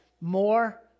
More